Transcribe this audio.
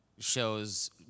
Shows